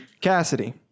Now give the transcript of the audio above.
Cassidy